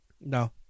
No